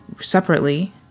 separately